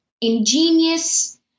ingenious